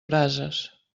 brases